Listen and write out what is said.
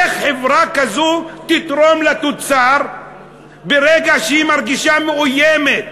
איך חברה כזו תתרום לתוצר ברגע שהיא מרגישה מאוימת?